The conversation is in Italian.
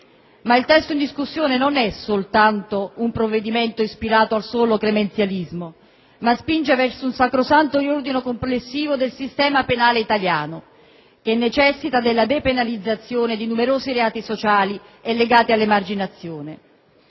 Ma il testo in discussione non è soltanto un provvedimento ispirato al solo «clemenzialismo», ma spinge verso un sacrosanto riordino complessivo del sistema penale italiano, che necessita della depenalizzazione di numerosi reati sociali e legati all'emarginazione.